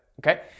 Okay